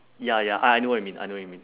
ya ya I know what you mean I know what you mean